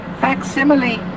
Facsimile